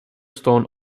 stone